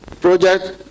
project